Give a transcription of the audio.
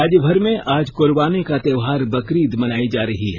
राज्य भर में आज कुर्बानी का त्योहार बकरीद मनाई जा रही है